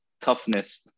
toughness